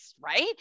right